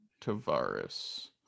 Tavares